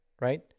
right